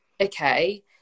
okay